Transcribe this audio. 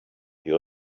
you